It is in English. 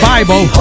Bible